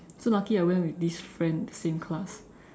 so lucky I went with this friend same class